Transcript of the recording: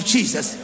Jesus